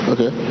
Okay